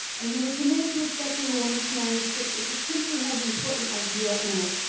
and we were committed to accepting a woman's manuscript if it simply had an important idea in it,